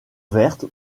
vertes